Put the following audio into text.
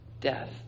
death